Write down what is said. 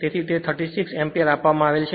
પણ તે 36 એમ્પીયર આપવામાં આવેલ છે